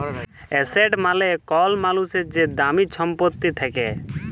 asset মালে কল মালুসের যে দামি ছম্পত্তি থ্যাকে